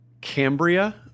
Cambria